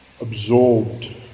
absorbed